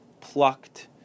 plucked